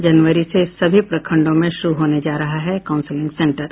जनवरी से सभी प्रखंडों में शुरू होने जा रहा है काउंसेलिंग सेंटर